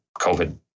COVID